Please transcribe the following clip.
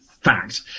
fact